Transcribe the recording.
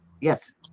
Yes